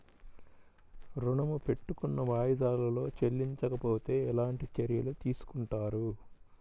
ఋణము పెట్టుకున్న వాయిదాలలో చెల్లించకపోతే ఎలాంటి చర్యలు తీసుకుంటారు?